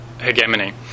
hegemony